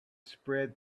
spread